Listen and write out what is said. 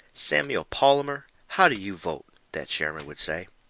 samuel palmour, how do you vote? that chairman would say.